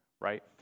right